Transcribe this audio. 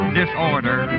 disorder